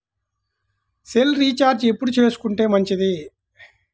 Cell recharge ఎప్పుడు చేసుకొంటే మంచిది?